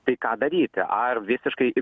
tai ką daryti ar visiškai